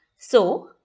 so,